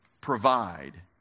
provide